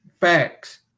Facts